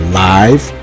live